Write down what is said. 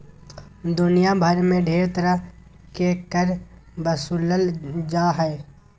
दुनिया भर मे ढेर तरह के कर बसूलल जा हय